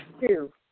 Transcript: Two